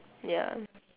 ya